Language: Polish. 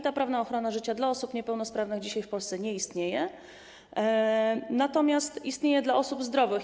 Ta prawna ochrona życia dla osób niepełnosprawnych dzisiaj w Polsce nie istnieje, natomiast istnieje dla osób zdrowych.